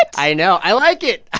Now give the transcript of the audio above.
i know. i like it.